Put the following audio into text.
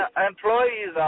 employees